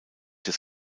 des